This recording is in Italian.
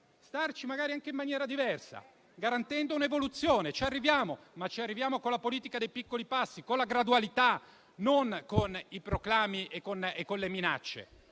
Libia, magari anche in maniera diversa, garantendo un'evoluzione. Ci arriviamo, ma ci arriviamo con la politica dei piccoli passi, con la gradualità, non con i proclami e con le minacce,